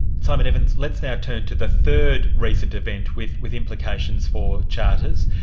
simon evans, let's now turn to the third recent event, with with implications for charters,